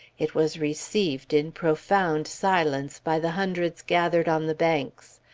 it was received in profound silence, by the hundreds gathered on the banks.